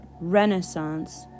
Renaissance